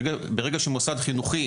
ברגע שמוסד חינוכי,